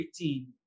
18